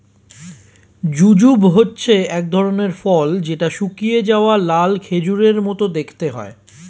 jujube হচ্ছে এক ধরনের ফল যেটা শুকিয়ে যাওয়া লাল খেজুরের মত দেখতে হয়